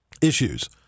issues